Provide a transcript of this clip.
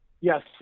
Yes